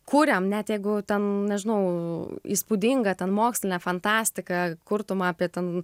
kūriam net jeigu ten nežinau įspūdinga ten mokslinė fantastika kurtum apie ten